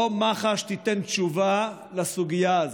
לא מח"ש תיתן תשובה בסוגיה הזאת.